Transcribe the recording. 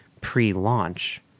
pre-launch